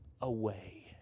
away